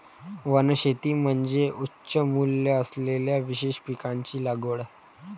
वनशेती म्हणजे उच्च मूल्य असलेल्या विशेष पिकांची लागवड